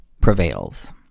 prevails